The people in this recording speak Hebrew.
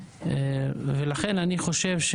לכן אני חושב,